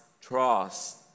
trust